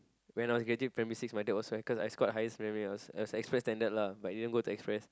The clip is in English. when I was graduate primary six my dad was so happy because I scored highest in primary I was in express standard lah I didn't go to express